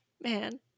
man